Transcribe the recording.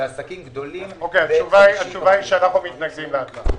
ועסקים גדולים- -- אנחנו מתנגדים להצעה.